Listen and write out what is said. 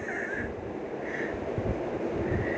ya